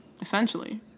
essentially